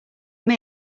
what